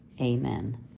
amen